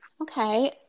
Okay